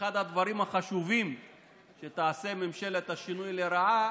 שאחד הדברים החשובים שתעשה ממשלת השינוי לרעה